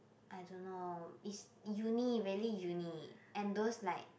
I don't know it's uni really uni and those like